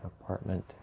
apartment